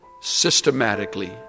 systematically